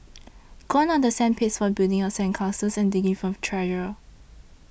gone are the sand pits for building up sand castles and digging for treasure